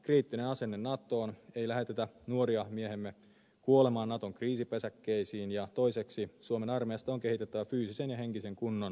kriittinen asenne natoon ei lähetetä nuoria miehiämme kuolemaan naton kriisipesäkkeisiin ja toiseksi suomen armeijasta on kehitettävä fyysisen ja henkisen kunnon edistäjä